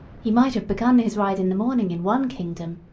he might have begun his ride in the morning in one kingdom,